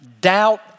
Doubt